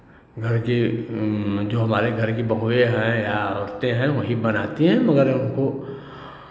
घर के जो हमारे घर की बहुए हैं या औरते हैं वही बनाती हैं मगर उनको